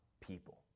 people